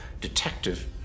detective